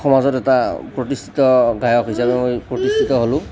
সমাজত এটা প্ৰতিষ্ঠিত গায়ক হিচাপে মই প্ৰতিষ্ঠিত হ'লোঁ